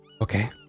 Okay